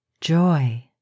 joy